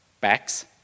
Backs